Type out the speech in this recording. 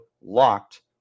locked